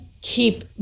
keep